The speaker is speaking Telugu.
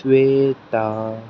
శ్వేత